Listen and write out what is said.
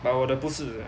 but 我的不是